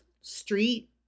street